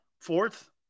fourth